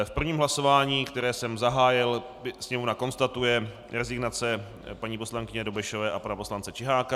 V prvním hlasování, které jsem zahájil, Sněmovna konstatuje rezignace paní poslankyně Dobešové a pana poslance Čiháka.